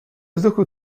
vzduchu